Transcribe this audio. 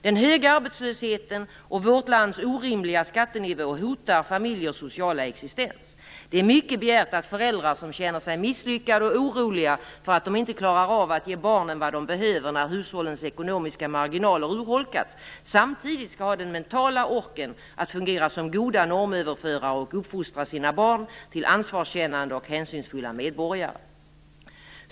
Den höga arbetslösheten och vårt lands orimliga skattenivå hotar familjers sociala existens. Det är mycket begärt att föräldrar som känner sig misslyckade och oroliga för att de inte klarar av att ge barnen vad de behöver när hushållens ekonomiska marginaler urholkats samtidigt skall ha den mentala orken att fungera som goda normöverförare och uppfostra sina barn till ansvarskännande och hänsynsfulla medborgare.